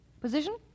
Position